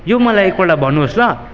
यो मलाई एकपल्ट भन्नुहोस् ल